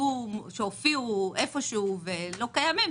שהופיעו במקום כלשהו והם לא קיימים,